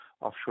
offshore